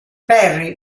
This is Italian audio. perry